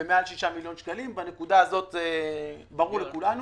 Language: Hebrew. במעל 6 מיליון שקלים - בנקודה הזו זה ברור לכולנו.